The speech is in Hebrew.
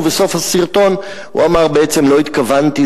ובסוף הסרטון הוא אמר: בעצם לא התכוונתי,